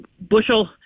bushel